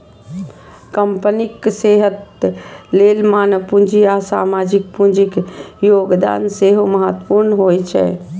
कंपनीक सेहत लेल मानव पूंजी आ सामाजिक पूंजीक योगदान सेहो महत्वपूर्ण होइ छै